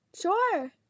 Sure